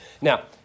Now